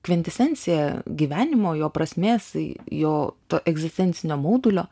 kvintesenciją gyvenimo jo prasmės jo to egzistencinio maudulio